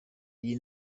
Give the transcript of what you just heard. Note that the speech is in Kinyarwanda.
iyi